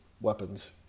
weapons